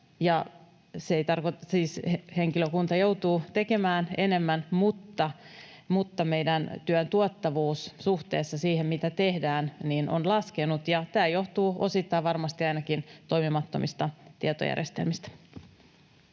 Henkilökunta siis joutuu tekemään enemmän, mutta meidän työn tuottavuus suhteessa siihen, mitä tehdään, on laskenut, ja tämä johtuu varmasti ainakin osittain toimimattomista tietojärjestelmistä.